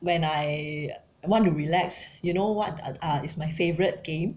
when I want to relax you know what ah is my favorite game